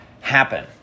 happen